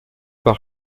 par